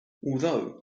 although